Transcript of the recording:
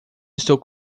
estou